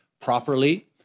properly